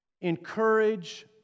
encourage